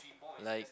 like